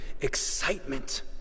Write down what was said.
excitement